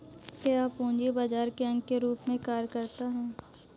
क्या यह पूंजी बाजार के अंग के रूप में कार्य करता है?